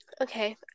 Okay